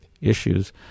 issues